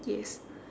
yes